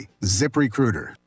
ZipRecruiter